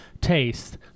taste